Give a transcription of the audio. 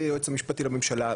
ליועץ המשפטי לממשלה,